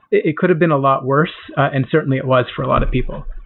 it it could have been a lot worse, and certainly it was for a lot of people.